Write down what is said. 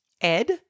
ed